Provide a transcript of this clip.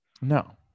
No